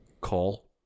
Call